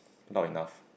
loud enough